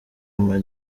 ama